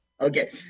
Okay